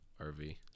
RV